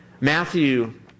Matthew